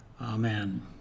Amen